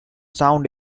sound